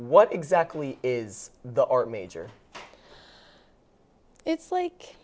what exactly is the art major it's like